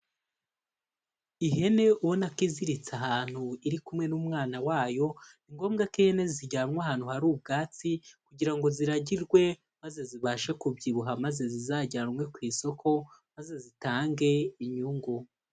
Ihene ubona ko iziritse ahantu iri kumwe n'umwana wayo. Ni ngombwa ko ihene zijyanwa ahantu hari ubwacu kugira ngo ziragirwe maze zibashe kubyibuha maze zizajyanwe ku isoko, maze zitange inyungu.